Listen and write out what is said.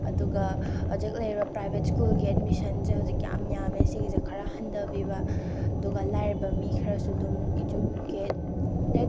ꯑꯗꯨꯒ ꯍꯧꯖꯤꯛ ꯂꯩꯔꯤꯕ ꯄ꯭ꯔꯥꯏꯕꯦꯠ ꯁ꯭ꯀꯨꯜꯒꯤ ꯑꯦꯗꯃꯤꯁꯟꯁꯦ ꯍꯧꯖꯤꯛ ꯌꯥꯝ ꯌꯥꯝꯃꯦ ꯁꯤꯒꯤꯁꯦ ꯈꯔ ꯍꯟꯊꯕꯤꯕ ꯑꯗꯨꯒ ꯂꯥꯏꯔꯕ ꯃꯤ ꯈꯔꯁꯨ ꯑꯗꯨꯝ ꯏꯖꯨꯀꯦꯇꯦꯠ